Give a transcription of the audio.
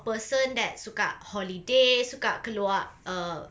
person that suka holiday suka keluar err